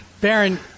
Baron